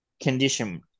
condition